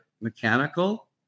mechanical